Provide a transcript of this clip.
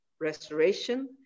restoration